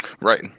Right